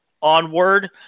onward